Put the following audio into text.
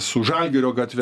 su žalgirio gatve